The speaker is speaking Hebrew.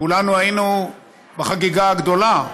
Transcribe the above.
כולנו היינו בחגיגה הגדולה,